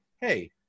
hey